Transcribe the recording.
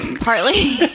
partly